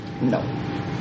No